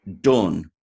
done